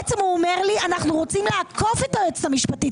כי בעצם הוא אומר לי: אנחנו רוצים לעקוף את היועצת המשפטית,